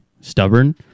stubborn